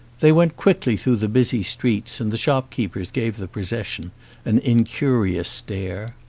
they went quickly through the busy streets and the shopkeepers gave the procession an incurious stare.